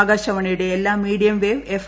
ആകാശവാണിയുടെ എല്ലാ medium wave F